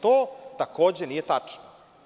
To takođe nije tačno.